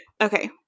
Okay